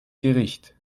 gericht